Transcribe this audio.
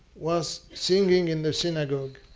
was singing in the synagogue,